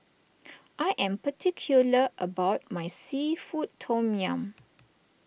I am particular about my Seafood Tom Yum